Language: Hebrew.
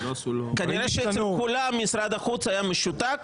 כנראה שאצל כולם משרד החוץ היה משותק.